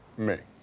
me.